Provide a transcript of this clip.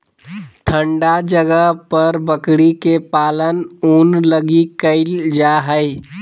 ठन्डा जगह पर बकरी के पालन ऊन लगी कईल जा हइ